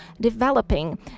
developing